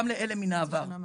גם לאלה מן העבר.